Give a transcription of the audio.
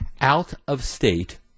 out-of-state